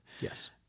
Yes